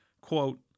quote